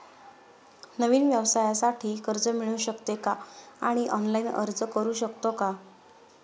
नवीन व्यवसायासाठी कर्ज मिळू शकते का आणि ऑनलाइन अर्ज करू शकतो का?